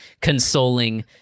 consoling